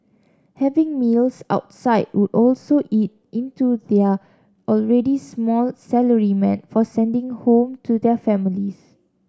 having meals outside would also eat into their already small salary meant for sending home to their families